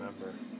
remember